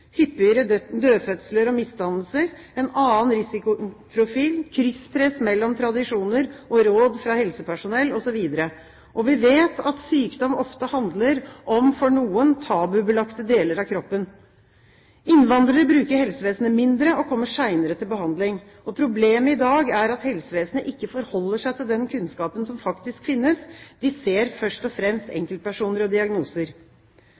hyppigere dødfødsler og misdannelser, en annen risikoprofil, krysspress mellom tradisjoner og råd fra helsepersonell, osv. Vi vet også at sykdom for noen ofte handler om tabubelagte deler av kroppen. Innvandrere bruker helsevesenet mindre og kommer senere til behandling. Problemet i dag er at helsevesenet ikke forholder seg til den kunnskapen som faktisk finnes. De ser først og fremst enkeltpersoner og diagnoser.